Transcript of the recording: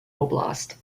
oblast